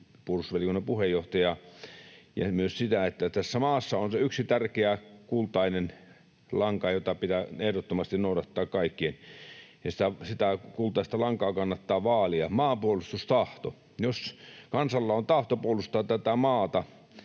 puolustusvaliokunnan puheenjohtajaa. Tässä maassa on se yksi tärkeä kultainen lanka, jota pitää ehdottomasti noudattaa kaikkien — ja sitä kultaista lankaa kannattaa vaalia — eli maanpuolustustahto. Jos kansalla on tahto puolustaa tätä maata,